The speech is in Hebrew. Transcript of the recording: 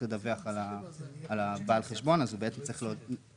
הפיננסי יודיע ולכן התייחסנו ספציפית לסעיף 7(ג) ו לא לכל סעיף